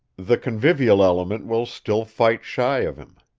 the convivial element will still fight shy of him.